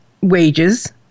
wages